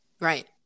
right